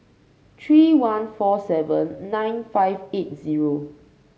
three one four seven nine five eight zero